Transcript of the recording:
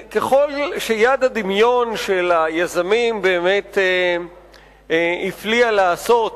ככל שיד הדמיון של היזמים באמת הפליאה לעשות,